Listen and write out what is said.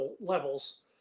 levels